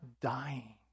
dying